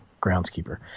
groundskeeper